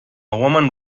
woman